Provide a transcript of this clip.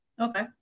Okay